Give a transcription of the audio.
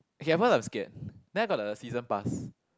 okay at first I'm scared then I got the season pass